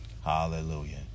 Hallelujah